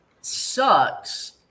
sucks